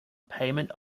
payment